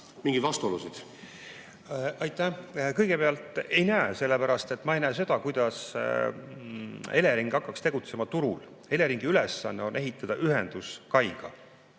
mingeid vastuolusid? Aitäh! Kõigepealt, ei näe, sellepärast et ma ei näe seda, kuidas Elering hakkaks tegutsema turul. Eleringi ülesanne on ehitada ühendus kaiga,